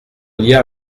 lien